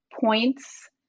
points